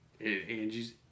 Angie's